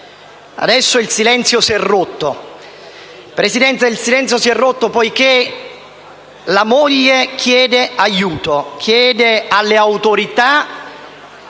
Adesso il silenzio si è rotto, poiché la moglie chiede alle autorità